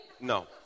No